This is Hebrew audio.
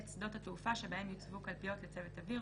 את שדות התעופה שבהם יוצבו קלפיות לצוות אוויר,